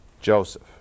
Joseph